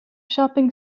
shopping